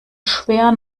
schwer